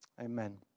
Amen